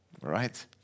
Right